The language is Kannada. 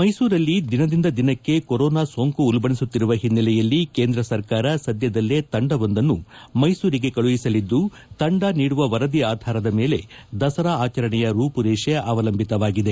ಮೈಸೂರಲ್ಲಿ ದಿನದಿಂದ ದಿನಕ್ಕೆ ಕರೋನಾ ಸೋಂಕು ಉಲ್ಬಣಿಸುತ್ತಿರುವ ಹಿನ್ನೆಲೆಯಲ್ಲಿ ಕೇಂದ್ರ ಸರಕಾರ ಸದ್ಯದಲ್ಲೇ ತಂಡವೊಂದನ್ನು ಮೈಸೂರಿಗೆ ಕಳುಹಿಸಲಿದ್ದು ತಂಡ ನೀಡುವ ವರದಿ ಆಧಾರದ ಮೇಲೆ ದಸರಾ ಆಚರಣೆ ರೂಪುರೇಷೆ ಅವಲಂಬಿತವಾಗಿದೆ